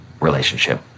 relationship